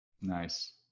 Nice